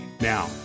Now